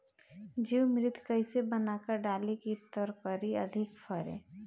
जीवमृत कईसे बनाकर डाली की तरकरी अधिक फरे?